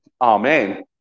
Amen